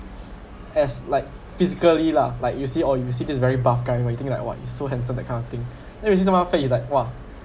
as like physically lah like you see oh you will see this is very buff guy !wah! you think like !wah! he is so handsome that kind of thing then we see someone face is like !wah!